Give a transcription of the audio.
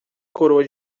coroa